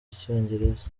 icyongereza